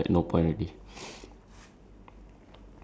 that will be worth it lah if you are the only person